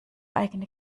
eigene